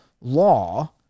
law